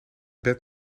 bed